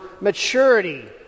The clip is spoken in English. maturity